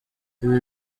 ibi